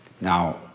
Now